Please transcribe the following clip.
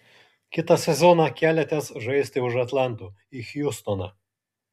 kitą sezoną keliatės žaisti už atlanto į hjustoną